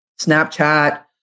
Snapchat